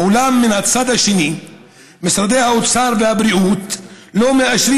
אולם מן הצד השני משרדי האוצר והבריאות לא מאשרים